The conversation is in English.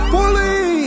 Fully